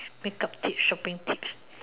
makeup tips shopping tips